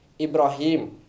Ibrahim